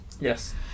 Yes